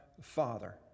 Father